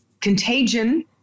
contagion